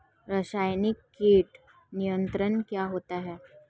रसायनिक कीट नियंत्रण क्या होता है?